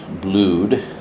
Blued